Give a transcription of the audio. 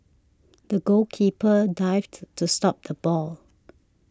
the goalkeeper dived to stop the ball